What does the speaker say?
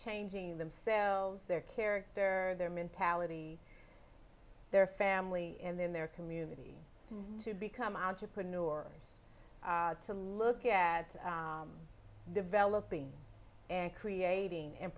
changing themselves their character their mentality their family in their community to become entrepreneurs to look at developing and creating and